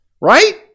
right